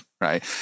right